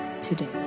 today